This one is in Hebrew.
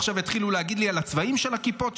עכשיו יתחילו להגיד לי על הצבעים של הכיפות,